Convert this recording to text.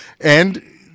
And-